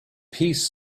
piece